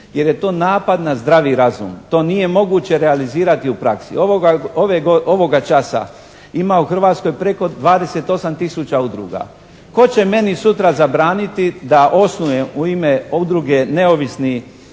jer je to napad na zdravi razum. To nije moguće realizirati u praksi. Ovoga časa ima u Hrvatskoj preko 28 tisuća udruga. Tko će meni sutra zabraniti da osnujem u ime Udruge neovisni